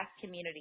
community